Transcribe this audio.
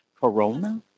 Corona